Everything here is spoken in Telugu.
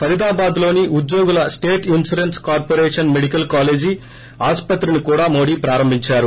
ఫరీదాబాద్లోని ఉద్యోగుల state insurance corporation medical college ఆస్పత్రిని కూడా మోడి ప్రారంభించారు